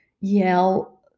yell